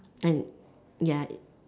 um ya